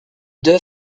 deux